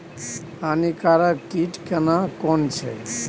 हानिकारक कीट केना कोन छै?